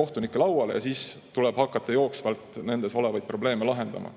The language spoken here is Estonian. kohtunike lauale ja siis tuleb hakata jooksvalt nendes olevaid probleeme lahendama.